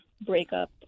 breakup